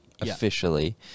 officially